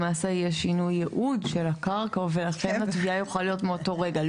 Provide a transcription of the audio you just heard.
למעשה יש שינוי ייעוד של הקרקע ולכן התביעה יכולה להיות מאותו רגע.